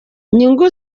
inyungu